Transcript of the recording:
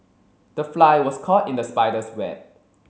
the fly was caught in the spider's web